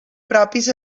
propis